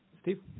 Steve